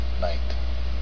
night